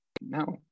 no